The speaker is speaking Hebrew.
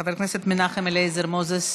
חבר הכנסת מנחם אליעזר מוזס,